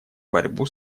борьбу